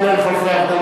לא יעלה על הדעת.